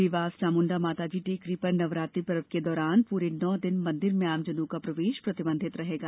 देवास चामुंडा माताजी की टेकरी पर नवरात्रि पर्व के दौरान पूरे नौ दिन मंदिर में आमजनों का प्रवेश प्रतिबंधित रहेगा